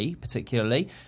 particularly